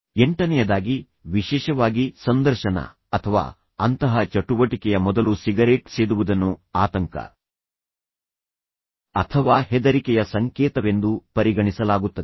ಎಂಟನೆಯದಾಗಿ ವಿಶೇಷವಾಗಿ ಸಂದರ್ಶನ ಅಥವಾ ಅಂತಹ ಚಟುವಟಿಕೆಯ ಮೊದಲು ಸಿಗರೇಟ್ ಸೇದುವುದನ್ನು ಆತಂಕ ಅಥವಾ ಹೆದರಿಕೆಯ ಸಂಕೇತವೆಂದು ಪರಿಗಣಿಸಲಾಗುತ್ತದೆ